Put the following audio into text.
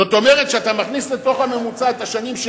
זאת אומרת שאתה מכניס לתוך הממוצע את השנים של